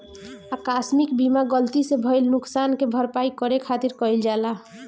आकस्मिक बीमा गलती से भईल नुकशान के भरपाई करे खातिर कईल जाला